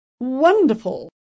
Wonderful